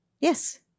Yes